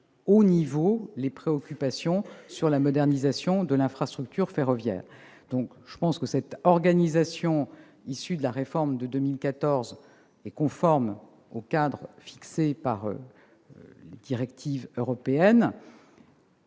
plan des préoccupations la modernisation de l'infrastructure ferroviaire. L'organisation issue de la réforme de 2014 est conforme au cadre fixé par les directives européennes.